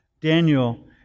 Daniel